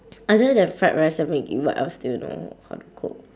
other than fried rice and maggi what else do you know how to cook